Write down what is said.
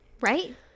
Right